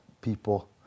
people